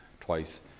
twice